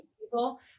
people